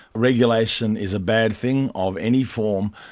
regulation is a bad thing of any form.